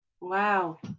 Wow